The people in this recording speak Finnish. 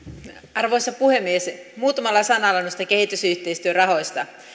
arvoisa puhemies muutamalla sanalla noista kehitysyhteistyörahoista